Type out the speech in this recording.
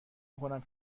میکنم